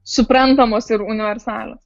suprantamos ir universalios